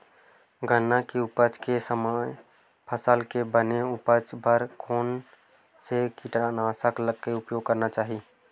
गन्ना के उपज के समय फसल के बने उपज बर कोन से कीटनाशक के उपयोग करना चाहि?